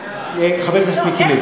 חבר הכנסת מיקי לוי,